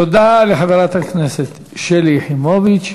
תודה לחברת הכנסת שלי יחימוביץ.